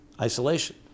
isolation